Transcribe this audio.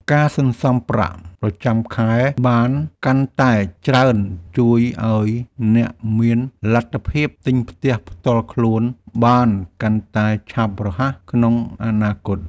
ការសន្សំប្រាក់ប្រចាំខែបានកាន់តែច្រើនជួយឱ្យអ្នកមានលទ្ធភាពទិញផ្ទះផ្ទាល់ខ្លួនបានកាន់តែឆាប់រហ័សក្នុងអនាគត។